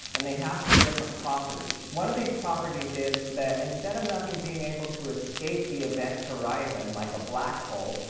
and they have some different property. one of these properties is that instead of nothing being able to escape the event horizon like a black hole,